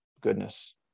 goodness